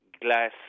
glass